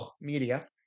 media